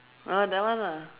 ah that one lah